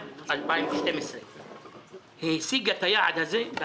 אני חושב שאתה כנציג צריך לתת את הדעת על הדבר הזה.